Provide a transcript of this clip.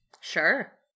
Sure